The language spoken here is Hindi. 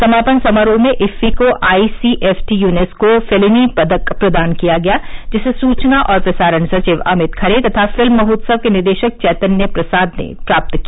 समापन समारोह में इफ्की को I C F T UNESCO Fellini पदक प्रदान किया गया जिसे सुचना और प्रसारण सचिव अमित खरे तथा फिल्म महोत्सव के निदेशक चैतन्य प्रसाद ने प्राप्त किया